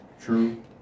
True